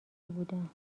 بودم